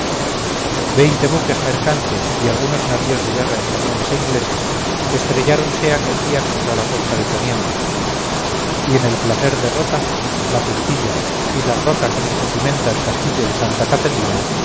veinte buques mercantes y algunos navíos de guerra españoles e ingleses estrelláronse aquel día contra la costa de poniente y en el placer de rota la puntilla y las rocas donde se cimenta el castillo de santa catalina